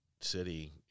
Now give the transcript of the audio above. City